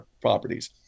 properties